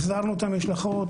החזרנו את המשלחות.